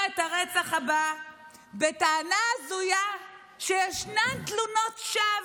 את הרצח הבא בטענה הזויה שישנן תלונות שווא,